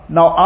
Now